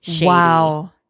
Wow